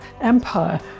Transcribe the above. empire